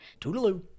toodaloo